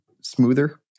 smoother